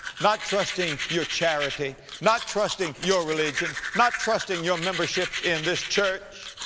not trusting your charity, not trusting your religion, not trusting your membership in this church,